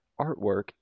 artwork